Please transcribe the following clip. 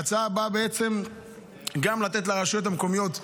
ההצעה באה בעצם גם לתת לרשויות המקומיות,